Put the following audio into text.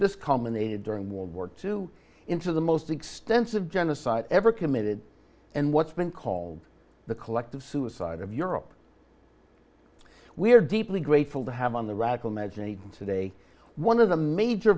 this common aid during world war two into the most extensive genocide ever committed and what's been called the collective suicide of europe we are deeply grateful to have on the radical meds and even today one of the major